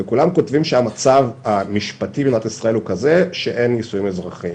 וכולם כותבים שהמצב המשפטי במדינת ישראל הוא כזה שאין נישואים אזרחיים.